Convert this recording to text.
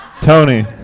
Tony